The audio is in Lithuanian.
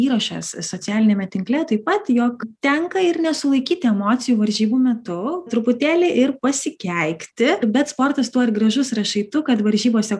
įrašas socialiniame tinkle taip pat jog tenka ir nesulaikyt emocijų varžybų metu truputėlį ir pasikeikti bet sportas tuo ir gražus rašai tu kad varžybose